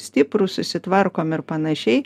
stiprūs susitvarkom ir panašiai